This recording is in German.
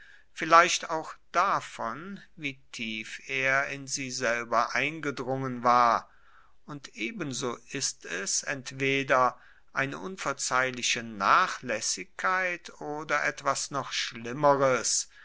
vielleicht auch davon wie tief er in sie selber eingedrungen war und ebenso ist es entweder eine unverzeihliche nachlaessigkeit oder etwas noch schlimmeres